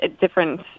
different